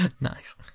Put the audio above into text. nice